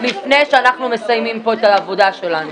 לפני שאנחנו מסיימים פה את העבודה שלנו.